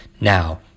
now